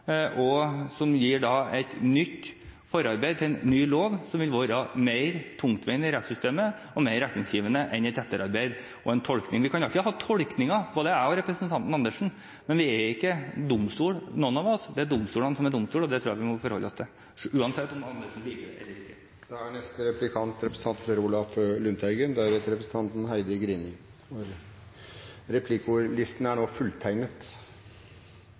som innebærer et nytt forarbeid til en ny lov, som vil være mer tungtveiende i rettssystemet og mer retningsgivende enn et etterarbeid og en tolkning. Vi kan ha tolkninger, både representanten Dag Terje Andersen og jeg, men ingen av oss er domstol. Det er domstolene som er domstol. Det tror jeg vi må forholde oss til – uansett om Dag Terje Andersen liker det eller ikke. Nå har det oppstått en veldig spesiell situasjon. Tilsynelatende er